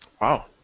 Wow